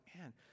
man